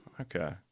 okay